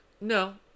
No